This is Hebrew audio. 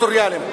הטריטוריאליים.